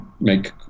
make